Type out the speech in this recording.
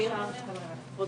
אם היא רוצה לשלוח